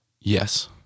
Yes